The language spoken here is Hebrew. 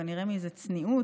כנראה מאיזו צניעות,